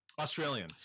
Australian